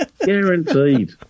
Guaranteed